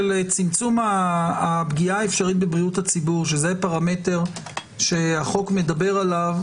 הפגיעה האפשרית בבריאות הציבור שזה הפרמטר שהחוק מדבר עליו,